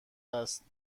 است